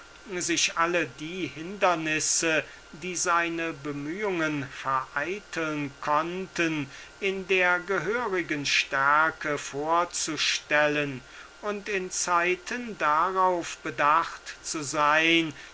sich alle die hindernisse die seine bemühungen vereiteln konnten in der gehörigen stärke vorzustellen und in zeiten darauf bedacht zu sein